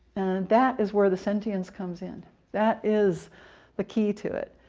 that is where the sentence comes in that is the key to it.